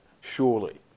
surely